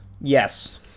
yes